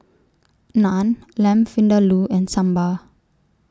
Naan Lamb Vindaloo and Sambar